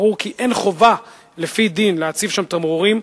ברור כי אין חובה לפי דין להציב שם תמרורים,